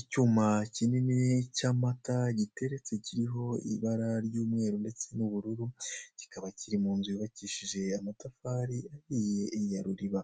Icyuma kinini cy'amata giteretse kiriho ibara ry'umweru ndetse n'ubururu, kikaba kiri mu nzu yubakishje amatafari ahiye ya ruriba,